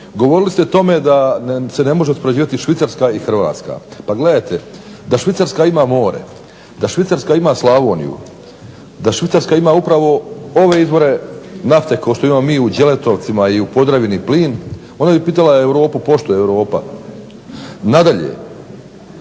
govorili ste o tome da se ne može uspoređivati Švicarska i Hrvatska. Pa gledajte, da Švicarska ima more, da Švicarska ima Slavoniju, da Švicarska ima upravo ove izvore nafte kao što imamo mi u Đeletovcima i u Podravini plin onda bi pitala Europu pošto je Europa. Nadalje,